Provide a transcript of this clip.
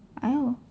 oh